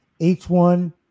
h1